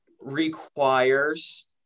requires